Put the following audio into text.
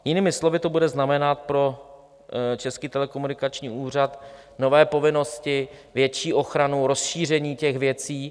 Jinými slovy to bude znamenat pro Český telekomunikační úřad nové povinnosti, větší ochranu, rozšíření těch věcí.